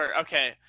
Okay